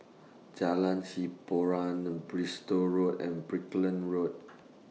Jalan Hiboran Bristol Road and Brickland Road